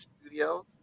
studios